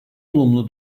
olumlu